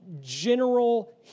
general